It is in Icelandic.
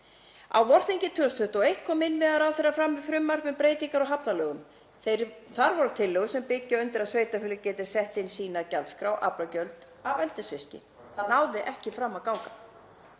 Á vorþingi 2021 kom innviðaráðherra fram með frumvarp um breytingar á hafnalögum. Þar voru tillögur sem byggja undir að sveitarfélög geti sett inn í sína gjaldskrá aflagjöld af eldisfiski. Það náði ekki fram að ganga.